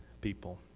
people